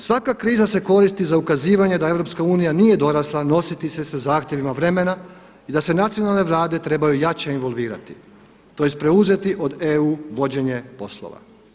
Svaka kriza se koristi za ukazivanje da EU nije dorasla nositi se sa zahtjevima vremena i da se nacionalne Vlade trebaju jače involvirati, tj. preuzeti od EU vođenje poslova.